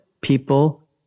people